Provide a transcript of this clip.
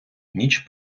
ніч